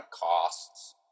costs